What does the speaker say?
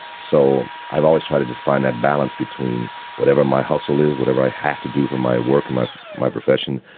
so i've always tried to just find that balance between whatever my hustle is, whatever i have to do for my work my my profession,